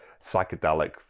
psychedelic